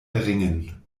erringen